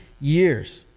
years